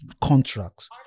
contracts